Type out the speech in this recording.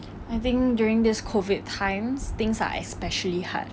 I think during this COVID times things are especially hard